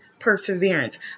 perseverance